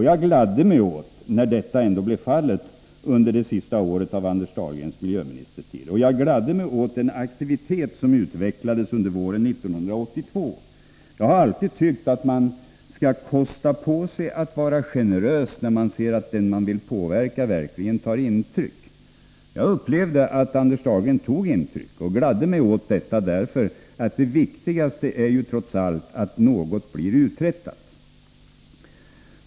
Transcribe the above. Det gladde mig när Anders Dahlgren ändå gjorde det under det sista året av sin miljöministertid. Jag gladde mig också åt den aktivitet som utvecklades under våren 1982. Jag har alltid tyckt att man skall kosta på sig att vara generös när man ser att den som man vill påverka verkligen tar intryck. Jag upplevde att Anders Dahlgren tog intryck, och jag gladde mig åt det. Det viktigaste är trots allt att något blir uträttat.